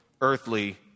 earthly